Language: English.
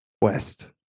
West